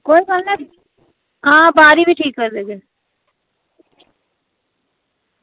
कोई गल्ल निं आं बारी बी ठीक करी देगे